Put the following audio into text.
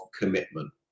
commitment